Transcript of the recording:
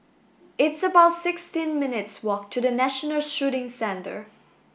it's about sixteen minutes' walk to the National Shooting Centre